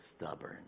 stubborn